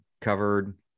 covered